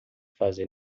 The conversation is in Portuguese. fazer